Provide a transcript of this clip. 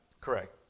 Correct